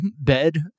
bed